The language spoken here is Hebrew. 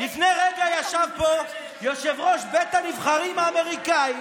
לפני רגע ישב פה יושב-ראש בית הנבחרים האמריקאי